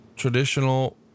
traditional